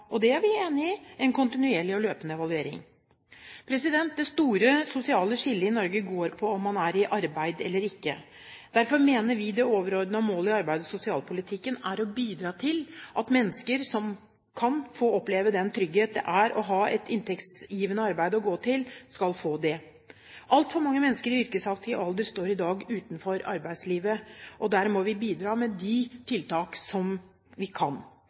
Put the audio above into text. og det er vi enig i – en kontinuerlig og løpende evaluering. Det store sosiale skillet i Norge går på om man er i arbeid eller ikke. Derfor mener vi det overordnede målet i arbeids- og sosialpolitikken er å bidra til at mennesker som kan få oppleve den trygghet det er å ha et inntektsgivende arbeid å gå til, skal få det. Altfor mange mennesker i yrkesaktiv alder står i dag utenfor arbeidslivet, og der må vi bidra med de tiltak som vi kan.